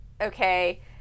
okay